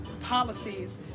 policies